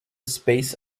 space